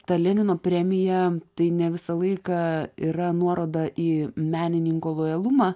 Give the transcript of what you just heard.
ta lenino premija tai ne visą laiką yra nuoroda į menininko lojalumą